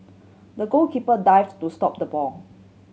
the goalkeeper dived to stop the ball